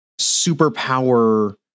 superpower